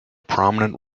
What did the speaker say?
prominent